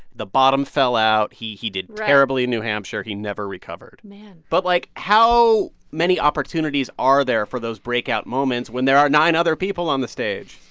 the bottom fell out. he he did terribly in new hampshire. he never recovered. but, like, how many opportunities are there for those breakout moments when there are nine other people on the stage?